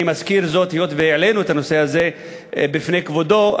ואני מזכיר זאת היות שהעלינו את הנושא הזה בפני כבודו,